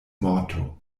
morto